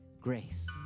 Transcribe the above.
grace